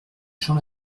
jean